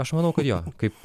aš manau kad jo kaip